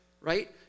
right